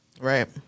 right